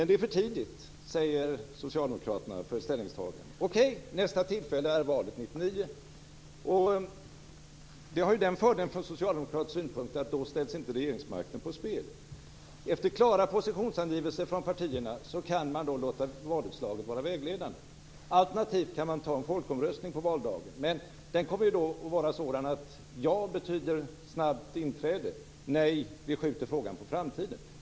Det är för tidigt, säger socialdemokraterna, för ett ställningstagande. Okej, nästa tillfälle är 1999. Det har den fördelen från socialdemokratisk synpunkt att regeringsmakten då inte ställs på spel. Efter klara positionsangivelser från partierna kan man låta valutslaget var vägledande. Alternativt kan man ha folkomröstning på valdagen, men den kommer då att vara sådan att ja betyder snabbt inträde, nej att vi skjuter frågan på framtiden.